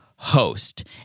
Host